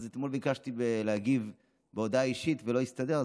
אז אתמול ביקשתי להגיב בהודעה אישית ולא הסתדר,